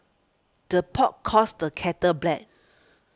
the pot calls the kettle black